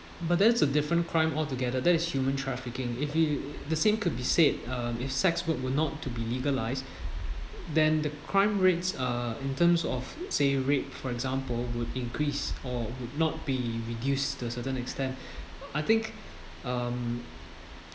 but that's a different crime altogether that is human trafficking if you the same could be said uh if sex work were not to be legalised then the crime rates uh in terms of say rape for example would increase or would not be reduced to a certain extent I think um